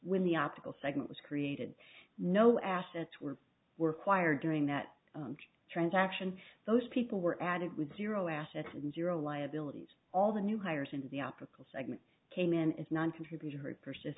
when the optical segment was created no assets were were choir doing that transaction those people were added with zero assets and zero liabilities all the new hires in the optical segment came in as noncontribut